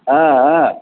आ आम्